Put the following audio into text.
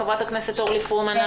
חברת הכנסת אורלי פרומן,